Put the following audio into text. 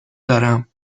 دارم